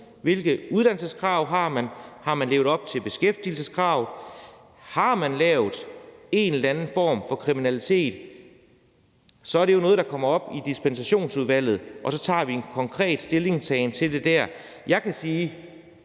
hvilke uddannelseskrav man har levet op til, og om man har levet op til beskæftigelseskravet. Har man lavet en eller anden form for kriminalitet, er det jo noget, der kommer op i dispensationsudvalget, og så tager vi konkret stilling til det der. Jeg kan sige,